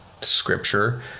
scripture